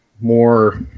more